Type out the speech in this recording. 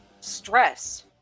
stress